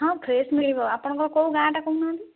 ହଁ ଫ୍ରେସ୍ ମିଳିବ ଆପଣଙ୍କର କେଉଁ ଗାଁଟା କହୁନାହାଁନ୍ତି